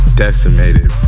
decimated